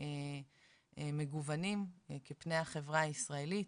מגוונים כפני החברה הישראלית,